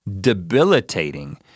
debilitating